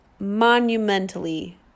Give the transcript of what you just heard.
Monumentally